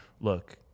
look